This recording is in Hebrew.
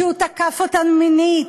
שהוא תקף אותן מינית,